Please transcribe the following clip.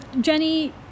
Jenny